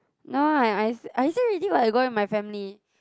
no I I I say already what I go with my family